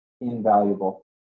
invaluable